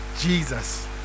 Jesus